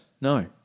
no